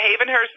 Havenhurst